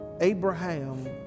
Abraham